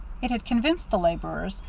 it had convinced the laborers,